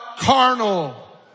carnal